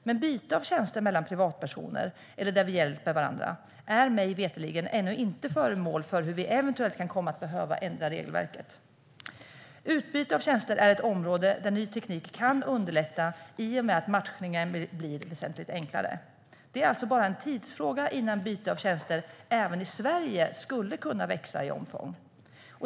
Men byten av tjänster mellan privatpersoner, eller när människor hjälper varandra, är mig veterligen ännu inte föremål för en utredning om hur vi eventuellt kan komma att behöva ändra regelverket. Utbyte av tjänster är ett område där ny teknik kan underlätta i och med att matchningen blir väsentligt enklare. Det är alltså bara en tidsfråga innan utbyte av tjänster även i Sverige skulle kunna växa i omfång.